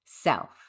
self